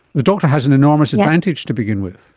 the doctor has an enormous advantage to begin with.